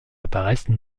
apparaissent